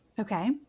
Okay